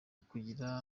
kugira